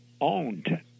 owned